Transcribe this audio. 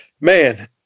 Man